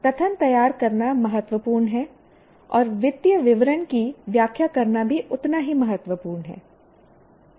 कथन तैयार करना महत्वपूर्ण है और वित्तीय विवरण की व्याख्या करना भी उतना ही महत्वपूर्ण है